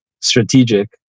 strategic